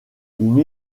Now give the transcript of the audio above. une